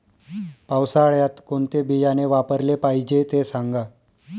पावसाळ्यात कोणते बियाणे वापरले पाहिजे ते सांगा